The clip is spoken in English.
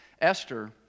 Esther